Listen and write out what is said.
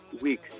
week